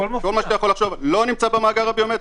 לא נמצא במאגר הביומטרי.